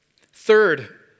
Third